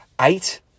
eight